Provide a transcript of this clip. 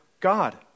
God